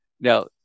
Now